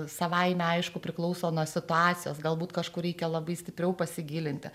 savaime aišku priklauso nuo situacijos galbūt kažkur reikia labai stipriau pasigilinti